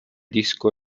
disco